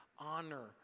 honor